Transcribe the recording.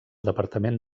departament